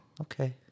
Okay